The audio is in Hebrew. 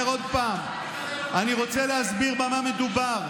אני אומר עוד פעם, אני רוצה להסביר במה מדובר.